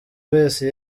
wese